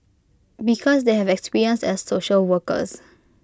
because they have experience as social workers